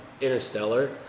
Interstellar